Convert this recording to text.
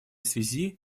связи